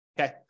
okay